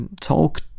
talk